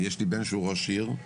יש לי בן שהוא ראש עיר של